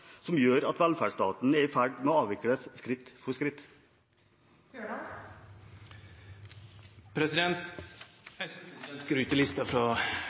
som gjør at velferdsstaten er i ferd med å avvikles, skritt for skritt. Eg synest ikkje den skrytelista